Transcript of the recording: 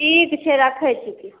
ठीक छै रखैत छी तऽ